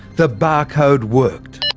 the barcode worked.